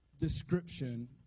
description